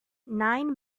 nine